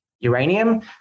Uranium